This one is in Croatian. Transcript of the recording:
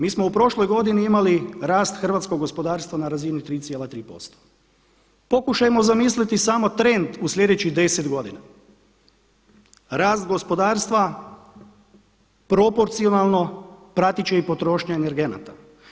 Mi smo u prošloj godini imali rast hrvatskog gospodarstva na razini 3,3%. pokušajmo samo zamisliti trend u sljedećih deset godina, rast gospodarstva proporcionalno pratit će i potrošnja energenata.